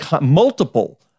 multiple